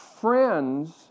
friends